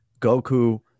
Goku